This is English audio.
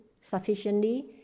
sufficiently